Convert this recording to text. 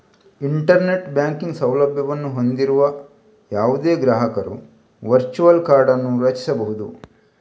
internet banking ಸೌಲಭ್ಯವನ್ನು ಹೊಂದಿರುವ ಯಾವುದೇ ಗ್ರಾಹಕರು ವರ್ಚುವಲ್ ಕಾರ್ಡ್ ಅನ್ನು ರಚಿಸಬಹುದು